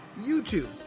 YouTube